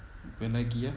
apa lagi ah